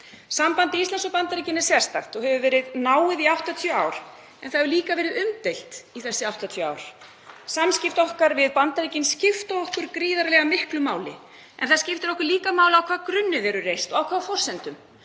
Samband Íslands og Bandaríkjanna er sérstakt og hefur verið náið í 80 ár en það hefur líka verið umdeilt í þessi 80 ár. Samskipti okkar við Bandaríkin skipta okkur gríðarlega miklu máli en það skiptir okkur líka máli á hvaða grunni þau eru reist og á hvaða forsendum,